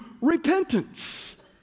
repentance